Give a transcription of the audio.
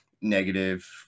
negative